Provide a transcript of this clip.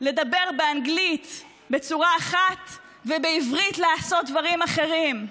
לדבר באנגלים בצורה אחת ובעברית לעשות דברים אחרים?